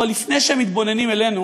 אבל לפני שהם מתבוננים אלינו